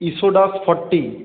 ইসোডাস forty